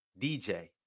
DJ